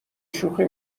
شوخی